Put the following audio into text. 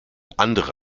andere